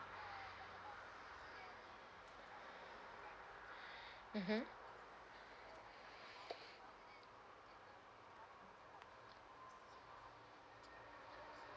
mmhmm